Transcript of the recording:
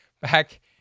back